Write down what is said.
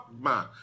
Man